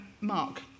Mark